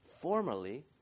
formerly